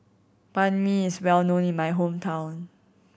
Banh Mi is well known in my hometown